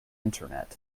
internet